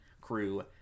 crew